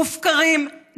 מופקרים,